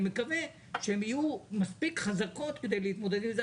אני מקווה שהן יהיו מספיק חזקות כדי להתמודד עם זה,